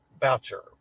voucher